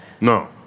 No